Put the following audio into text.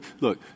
Look